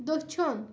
دٔچھُن